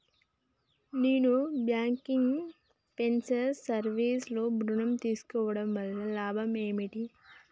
Non banking finance service లో ఋణం తీసుకోవడం వల్ల లాభాలు ఏమిటి?